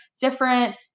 different